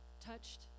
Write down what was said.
touched